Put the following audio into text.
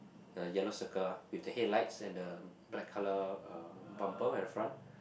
a yellow circle ah with the headlights and the black colour uh bumper at the front